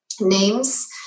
names